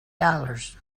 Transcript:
dollars